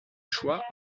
choix